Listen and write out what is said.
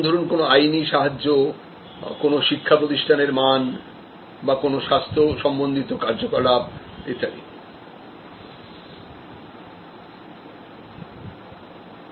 যেমন ধরুন কোন আইনি সাহায্য কোন শিক্ষা প্রতিষ্ঠানের মান বা কোন স্বাস্থ্য সম্বন্ধিত কার্যকলাপ ইত্যাদি